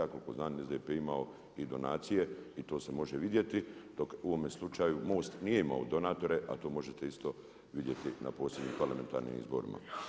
Ja koliko znam SDP je imao i donacije i to se može vidjeti dok u ovome slučaju MOST nije imao donatore, a to možete isto vidjeti na posebnim parlamentarnim izborima.